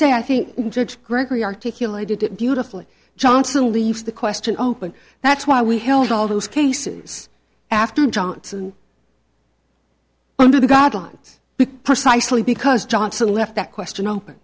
say i think judge gregory articulated it beautifully johnson leaves the question open that's why we held all those cases after johnson under the guidelines precisely because johnson left that question open